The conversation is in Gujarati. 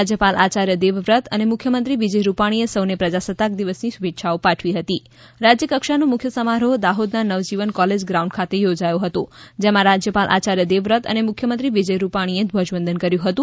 રાજયપાલ આયાર્ય દેવવ્રત અને મુખ્યમંત્રી વિજય રૂપાણી એ સૌને પ્રજાસતક દિવસ ની શુભેચ્છાઓ પાઠવી હતી રાજ્ય કક્ષાનો મુખ્ય સમારોહ દાહોદના નવજીવન કોલેજ ગ્રાઉન્ડ ખાતે યોજાયો હતો જેમાં રાજયપાલ આચાર્ય દેવવ્રત અને મુખ્યમંત્રી વિજય રૂપાણીની ધ્વજવંદન કર્યું હતું